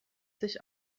sich